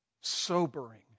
sobering